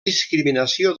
discriminació